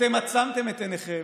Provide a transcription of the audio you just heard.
אתם עצמתם את עיניכם